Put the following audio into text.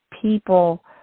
People